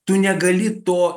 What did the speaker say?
tu negali to